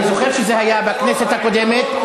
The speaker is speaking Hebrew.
אני זוכר שזה היה בכנסת הקודמת,